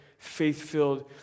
faith-filled